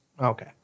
Okay